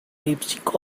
lipstick